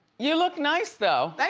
you look nice, though. thank